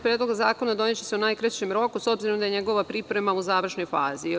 Predloga zakona doneće se u najkraćem roku, s obzirom da je njegova priprema u završnoj fazi.